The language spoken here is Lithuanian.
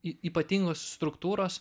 y ypatingos struktūros